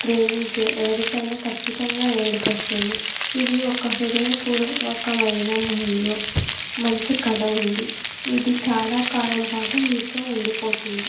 ప్రేమించే ఎవరికైనా ఖచ్చితంగా ఏడుపొస్తుంది ఇది ఒక హృదయపూర్వకమైన మరియు మంచి కథ ఉంది ఇది చాలా కాలం పాటు మీతో ఉండి పోతుంది